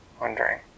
wondering